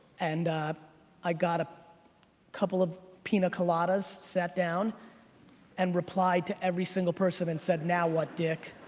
and i got a couple of pina coladas, sat down and replied to every single person and said now what dick?